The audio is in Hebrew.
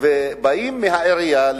באים לעירייה,